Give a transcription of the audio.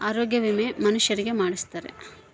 ಆರೊಗ್ಯ ವಿಮೆ ಮನುಷರಿಗೇ ಮಾಡ್ಸ್ತಾರ